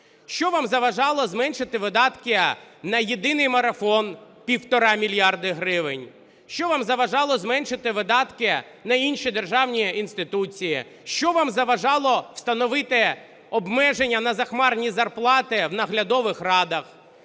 Що вам заважало зменшити видатки на "Єдиний марафон" 1,5 мільярда гривень? Що вам заважало зменшити видатки на інші державні інституції? Що вам заважало встановити обмеження на захмарні зарплати в наглядових радах?